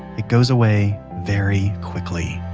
it goes away very quickly.